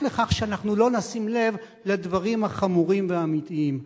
לכך שאנחנו לא נשים לב לדברים החמורים והאמיתיים.